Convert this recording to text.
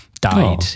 Died